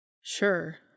Sure